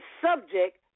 subject